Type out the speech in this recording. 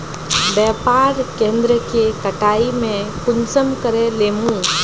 व्यापार केन्द्र के कटाई में कुंसम करे लेमु?